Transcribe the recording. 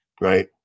Right